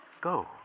Go